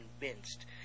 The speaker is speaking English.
convinced